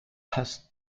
has